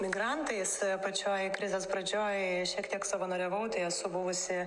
migrantais pačioj krizės pradžioj šiek tiek savanoriavau tai esu buvusi